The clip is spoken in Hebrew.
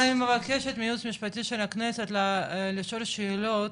אני מבקשת מהיועמ"ש משפטי של הכנסת לשאול שאלות,